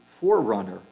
forerunner